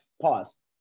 pause